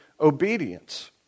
obedience